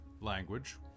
Language